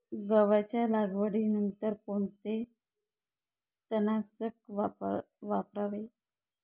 गव्हाच्या लागवडीनंतर कोणते तणनाशक वापरावे?